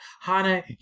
Hana